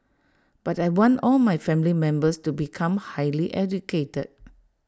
but I want all my family members to become highly educated